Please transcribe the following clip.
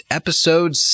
episode